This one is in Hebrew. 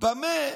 במה